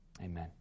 amen